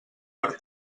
per